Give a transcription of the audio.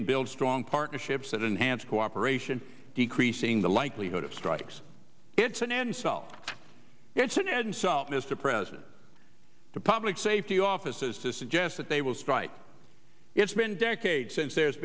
and build strong partnerships that enhance cooperation decreasing the likelihood of strikes it's an insult it's an insult mr president to public safety offices to suggest that they will strike it's been decades since there's